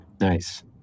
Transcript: Nice